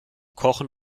kochen